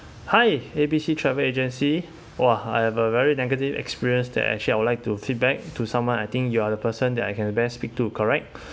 hi A B C travel agency !wah! I have a very negative experience that actually I would like to feedback to someone I think you are the person that I can best speak to correct